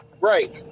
Right